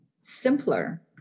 simpler